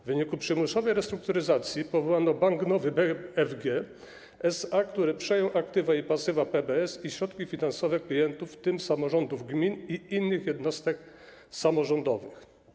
W wyniku przymusowej restrukturyzacji powołano Bank Nowy BFG SA, który przejął aktywa i pasywa PBS i środki finansowe klientów, w tym samorządów gmin i innych jednostek samorządowych.